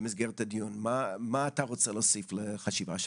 במסגרת הדיון, מה אתה רוצה להוסיף לחשיבה שלנו?